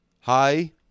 Hi